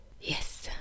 yes